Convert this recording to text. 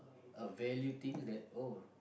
a value thing that oh